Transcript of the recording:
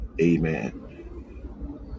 Amen